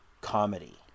comedy